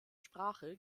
sprache